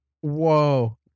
Whoa